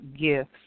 gifts